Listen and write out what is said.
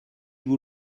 vous